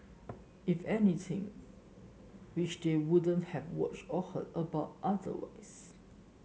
if anything which they wouldn't have watched or heard about otherwise